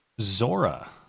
zora